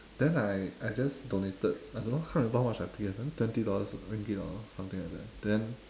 then I I just donated I don't know how much I pay twenty dollars ringgit or something like that then